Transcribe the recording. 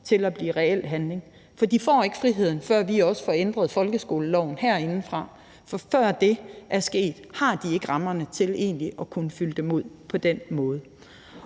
til at blive reel handling. For de får ikke friheden, før vi får ændret folkeskoleloven herindefra – før det er sket, har de ikke rammerne til at kunne fylde dem ud på den måde.